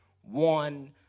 one